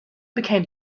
became